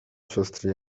siostry